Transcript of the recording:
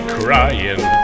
crying